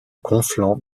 conflans